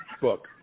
book